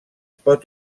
pot